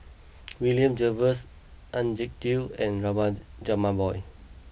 William Jervois Ajit Gill and Rajabali Jumabhoy